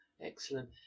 Excellent